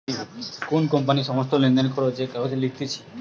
কোন কোম্পানির সমস্ত লেনদেন, খরচ যে কাগজে লিখতিছে